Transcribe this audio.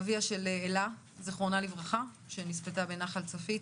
אביה של אלה ז"ל שנספתה באסון נחל צפית.